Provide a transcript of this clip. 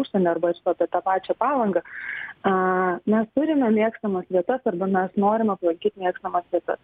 užsienio arba apie tą pačią palangą aaa mes turime mėgstamas vietas arba mes norim aplankyt mėgstamas vietas